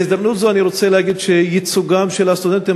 בהזדמנות זו אני רוצה להגיד שייצוגם של הסטודנטים